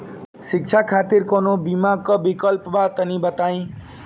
शिक्षा खातिर कौनो बीमा क विक्लप बा तनि बताई?